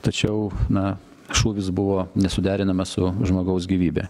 tačiau na šūvis buvo nesuderinamas su žmogaus gyvybe